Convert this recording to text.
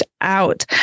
out